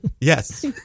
Yes